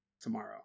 tomorrow